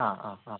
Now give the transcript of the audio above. ആ ആ ആ